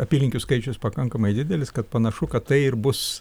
apylinkių skaičius pakankamai didelis kad panašu kad tai ir bus